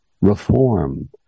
reform